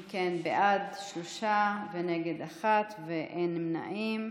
אם כן, בעד, שלושה, נגד, אחד ואין נמנעים.